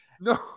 No